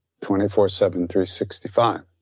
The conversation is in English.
24-7-365